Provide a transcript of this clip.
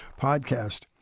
podcast